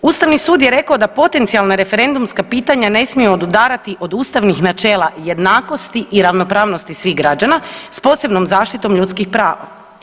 Ustavni sud je rekao da potencionalna referendumska pitanja ne smiju odudarati od ustavnih načela jednakosti i ravnopravnosti svih građana s posebnom zaštitom ljudskih prava.